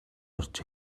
орж